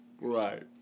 Right